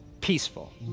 Peaceful